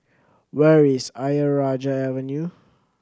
where is Ayer Rajah Avenue